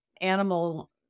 animal